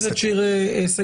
חברת הכנסת שיר סגמן,